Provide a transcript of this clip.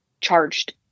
charged